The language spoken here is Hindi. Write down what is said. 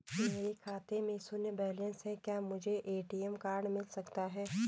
मेरे खाते में शून्य बैलेंस है क्या मुझे ए.टी.एम कार्ड मिल सकता है?